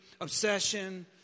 obsession